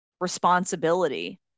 responsibility